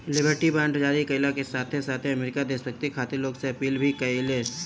liberty bond जारी कईला के साथे साथे अमेरिका देशभक्ति खातिर लोग से अपील भी कईलस